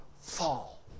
fall